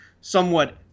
somewhat –